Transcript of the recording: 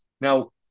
now